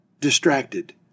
distracted